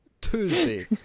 Tuesday